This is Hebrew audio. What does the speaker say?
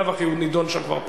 בלאו הכי הוא נדון שם כבר פעמיים.